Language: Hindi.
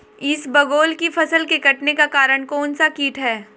इसबगोल की फसल के कटने का कारण कौनसा कीट है?